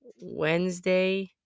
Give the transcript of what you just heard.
Wednesday